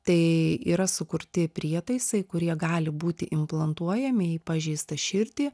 tai yra sukurti prietaisai kurie gali būti implantuojami į pažeistą širdį